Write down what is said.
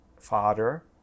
father